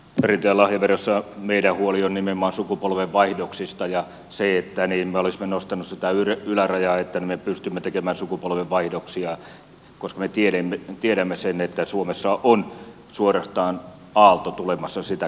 perintö ja lahjaverossa meidän huolemme on nimenomaan sukupolvenvaihdoksista ja me olisimme nostaneet sitä ylärajaa jotta me pystymme tekemään sukupolvenvaihdoksia koska me tiedämme sen että suomessa on suorastaan aalto tulemassa sitä kohti